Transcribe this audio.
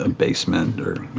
and basement or